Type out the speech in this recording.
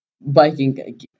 biking